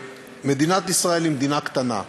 מדינת ישראל היא מדינה קטנה,